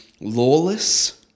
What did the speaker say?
lawless